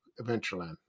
adventureland